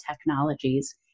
technologies